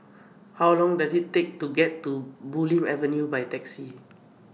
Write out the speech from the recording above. How Long Does IT Take to get to Bulim Avenue By Taxi